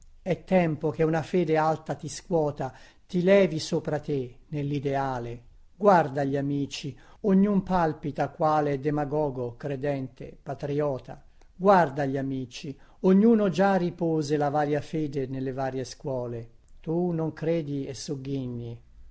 è tempo che una fede alta ti scuota ti levi sopra te nellideale guarda gli amici ognun palpita quale demagogo credente patriota guarda gli amici ognuno già ripose la varia fede nelle varie scuole tu non credi e sogghigni